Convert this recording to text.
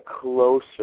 closer